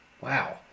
Wow